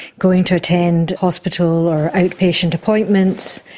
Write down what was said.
going to attend hospital or outpatient appointments,